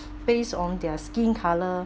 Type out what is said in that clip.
based on their skin colour